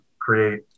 create